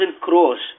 crores